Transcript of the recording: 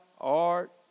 art